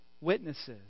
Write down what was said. witnesses